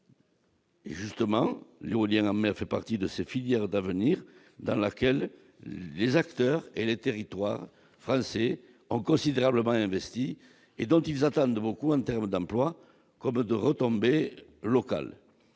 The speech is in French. Et justement, l'éolienne en mer fait partie de ces filières d'avenir dans laquelle les acteurs et les territoires français ont considérablement investi et dont ils attendent beaucoup en terme d'emploi comme de retombées locales